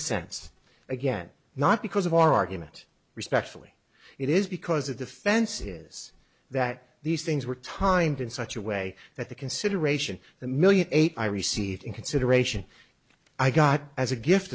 sense again not because of our argument respectfully it is because a defense is that these things were timed in such a way that the consideration the million eight i received in consideration i got as a gift